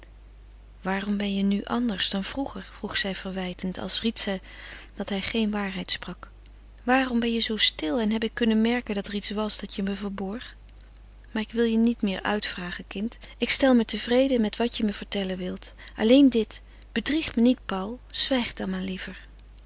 waarom ben je nu anders dan vroeger vroeg zij verwijtend als ried ze dat hij geen waarheid sprak waarom ben je zoo stil en heb ik kunnen merken dat er iets was dat je me verborg maar ik wil niet meer uitvragen kind ik stel me tevreden met wat je me vertellen wilt alleen dit bedrieg me niet paul zwijg dan maar liever